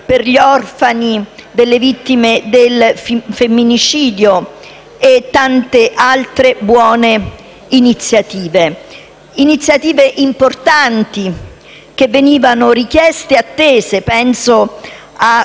per gli orfani delle vittime del femminicidio e tante altre buone iniziative. Si tratta di importanti iniziative richieste e attese: penso